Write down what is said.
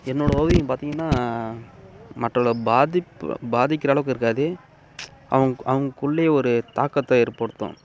என்னோட ஓவியம் பார்த்தீங்கன்னா மற்றவர்களை பாதிப்பு பாதிக்கிற அளவுக்கு இருக்காது அவுங் அவங்குள்ளையே ஒரு தாக்கத்தை ஏற்படுத்தும்